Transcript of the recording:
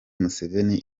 museveni